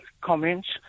comments